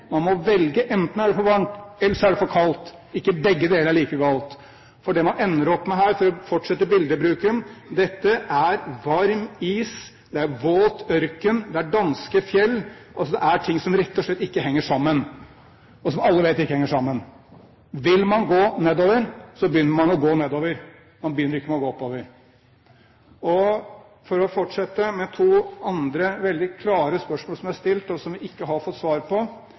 man må velge: Enten er det for varmt eller så er det for kaldt – ikke at begge deler er like galt. For det man ender opp med her, for å fortsette bildebruken: Dette er varm is, det er våt ørken, det er danske fjell – det er ting som rett og slett ikke henger sammen, og som alle vet ikke henger sammen. Vil man gå nedover, så begynner man å gå nedover, man begynner ikke med å gå oppover. Og for å fortsette med to andre, veldig klare spørsmål som er stilt, og som vi ikke har fått svar på.